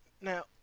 Now